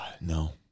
no